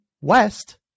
West